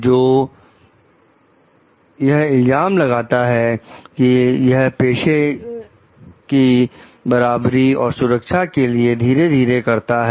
जो व्रत और पर यह इल्जाम लगाता है कि यह पेश की को बराबरी और सुरक्षा के लिए धीरे करता है